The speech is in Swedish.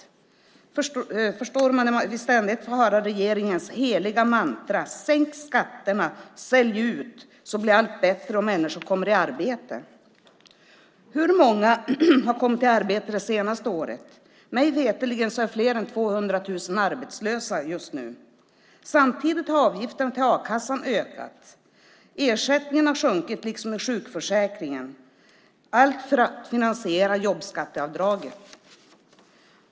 Det förstår vi när vi får höra regeringens ständiga mantra: Sälj ut och sänk skatterna, så kommer fler i arbete. Hur många har kommit i arbete det senaste året? Mig veterligen är fler än 200 000 arbetslösa just nu. Samtidigt har avgifterna till a-kassan ökat. Ersättningen har sjunkit liksom i sjukförsäkringen, allt för att finansiera jobbskatteavdraget.